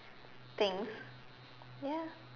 things ya